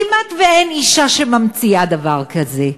כמעט שאין אישה שממציאה דבר כזה.